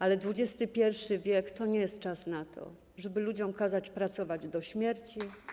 Ale XXI w. to nie jest czas na to, żeby ludziom kazać pracować do śmierci.